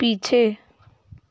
पीछे